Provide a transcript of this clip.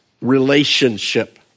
relationship